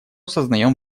сознаем